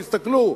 תסתכלו,